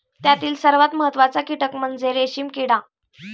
त्यातील सर्वात महत्त्वाचा कीटक म्हणजे रेशीम किडा